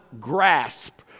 grasp